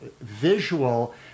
visual